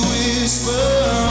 whisper